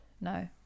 No